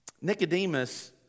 Nicodemus